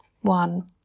one